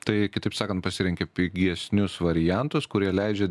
tai kitaip sakant pasirenki pigesnius variantus kurie leidžia